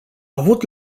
avut